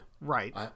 Right